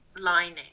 lining